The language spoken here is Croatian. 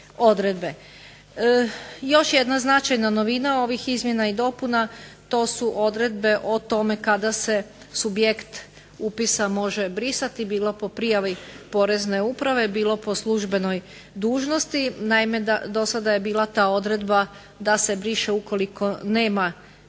odredbe. Još jedna značajna novina ovih izmjena i dopuna. To su odredbe o tome kada se subjekt upisa može brisati bilo po prijavi Porezne uprave, bilo po službenoj dužnosti. Naime, do sada je bila ta odredba da se briše ukoliko nema